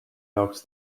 jaoks